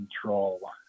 control